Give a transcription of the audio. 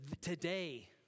today